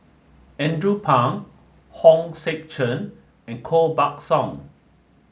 Andrew Phang Hong Sek Chern and Koh Buck Song